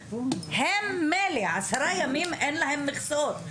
הם מילא, עשרה ימים אין להם מכסות.